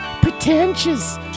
Pretentious